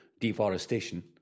deforestation